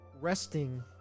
resting